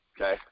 okay